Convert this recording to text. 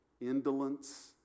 indolence